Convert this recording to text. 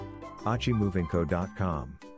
achimovingco.com